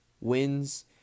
wins